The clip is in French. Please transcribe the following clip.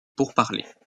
pourparlers